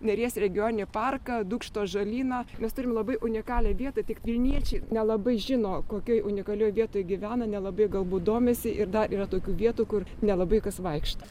neries regioninį parką dūkštų ąžuolyną mes turim labai unikalią vietą tik vilniečiai nelabai žino kokioj unikalioj vietoj gyvena nelabai galbūt domisi ir dar yra tokių vietų kur nelabai kas vaikšto